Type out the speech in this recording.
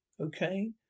okay